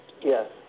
Yes